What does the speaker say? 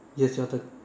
yes your turn